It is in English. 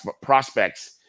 prospects